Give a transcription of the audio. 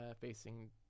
facing